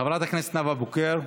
חברת הכנסת נאוה בוקר,